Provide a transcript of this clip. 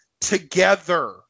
together